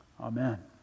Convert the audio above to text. Amen